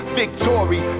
victory